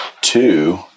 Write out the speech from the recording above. two